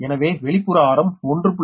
எனவே வெளிப்புற ஆரம் 1